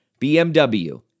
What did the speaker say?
BMW